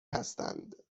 هستند